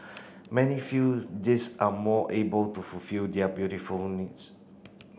many feel these are more able to fulfil their beautiful needs